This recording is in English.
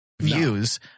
views